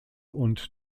und